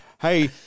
hey